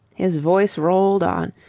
his voice rolled on,